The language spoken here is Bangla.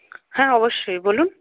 হ্যাঁ অবশ্যই বলুন